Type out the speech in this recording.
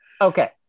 Okay